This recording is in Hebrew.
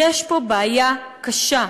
יש פה בעיה קשה.